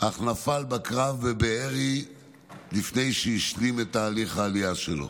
אך נפל בקרב בבארי לפני שהשלים את תהליך העלייה שלו,